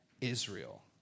Israel